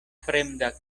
fremda